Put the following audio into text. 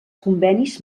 convenis